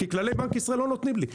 כי כללי בנק ישראל לא נותנים לי.